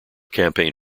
campaign